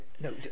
No